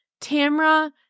Tamra